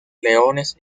leones